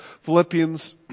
Philippians